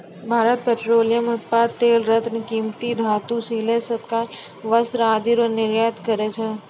Bharat petroleum उत्पाद तेल रत्न कीमती धातु सिले सिलायल वस्त्र आदि रो निर्यात करै छै